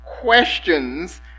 questions